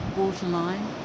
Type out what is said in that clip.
waterline